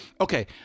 Okay